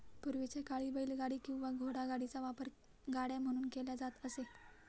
पूर्वीच्या काळी बैलगाडी किंवा घोडागाडीचा वापर गाड्या म्हणून केला जात असे